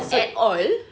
at all